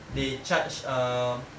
they charge um